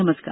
नमस्कार